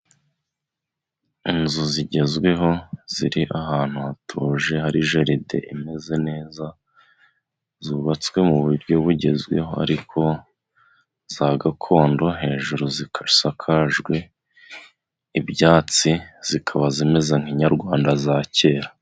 Inzu zigezweho ziri ahantu hatuje hari jaride imeze neza, zubatswe mu buryo bugezweho ariko za gakondo, hejuru zikasakajwe ibyatsi zikaba zimeze nk'ikinyarwanda za kera.